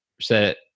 set